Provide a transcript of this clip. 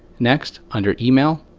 next, under email,